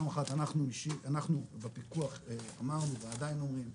אנחנו בפיקוח אמרנו ועדיין אומרים,